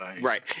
Right